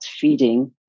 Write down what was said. feeding